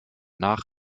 nach